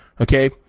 okay